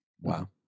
Wow